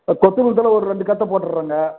கொத்துமல்லித் தலை ஒரு ரெண்டு கட்டை போட்டுடுறேங்க